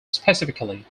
specifically